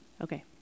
Okay